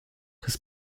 his